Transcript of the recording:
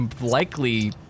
likely